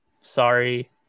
sorry